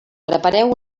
prepareu